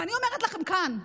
ואני אומרת לכם כאן: